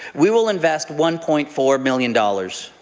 we will invest one point four million dollars.